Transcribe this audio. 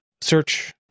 search